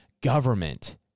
Government